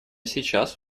сейчас